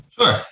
Sure